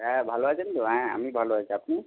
হ্যাঁ ভালো আছেন তো হ্যাঁ আমি ভালো আছি আপনি